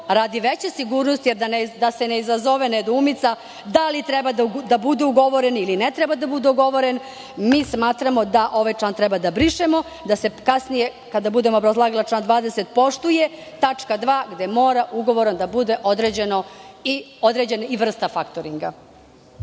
radi veće sigurnosti, da se ne izazove nedoumica da li treba da budu ugovoreni ili ne treba da bude ugovoren, da ovaj član treba da brišemo, da se kasnije, kada budemo obrazlagali član 20, poštuje tačka 2. gde mora ugovorom da bude određena i vrsta faktoringa.